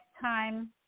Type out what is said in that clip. time